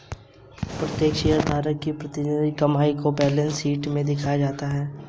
प्रत्येक शेयरधारक की प्रतिधारित कमाई को बैलेंस शीट में दिखाया जाता है